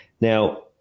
Now